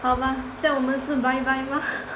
好吧在我们是 bye bye mah